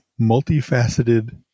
multifaceted